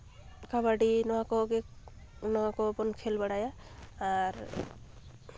ᱠᱟᱵᱟᱰᱤ ᱱᱚᱣᱟ ᱠᱚᱜᱮ ᱠᱚ ᱱᱚᱣᱟᱠᱚ ᱵᱚᱱ ᱠᱷᱮᱞ ᱵᱟᱲᱟᱭᱟ ᱟᱨ